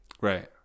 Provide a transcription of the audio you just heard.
right